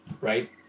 Right